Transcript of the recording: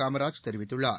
காமராஜ் தெரிவித்துள்ளார்